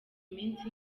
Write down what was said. iminsi